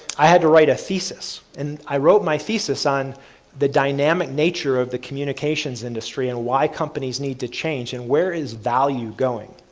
i had to write a thesis. and i wrote my thesis on the dynamic nature of the communications industry, and why companies need to change? and where is value going?